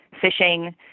fishing